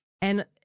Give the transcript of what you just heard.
and-